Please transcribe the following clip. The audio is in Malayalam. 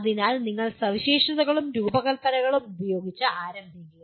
അതിനാൽ നിങ്ങൾ സവിശേഷതകളും രൂപകൽപ്പനയും ഉപയോഗിച്ച് ആരംഭിക്കുക